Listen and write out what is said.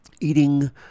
eating